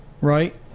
right